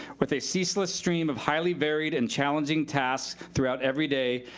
with a ceaseless stream of highly varied and challenging tasks throughout every day,